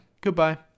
Goodbye